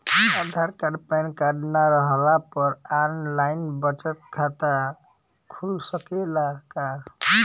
आधार card PAN card न रहला पर आन लाइन बचत खाता खुल सकेला का?